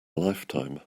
lifetime